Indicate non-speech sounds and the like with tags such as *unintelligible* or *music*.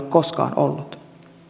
*unintelligible* koskaan ole ollut